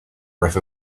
breath